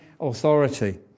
authority